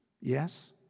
yes